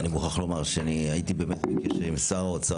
אני מוכרח לומר שהייתי באמת בקשר עם שר אוצר